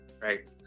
Right